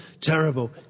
terrible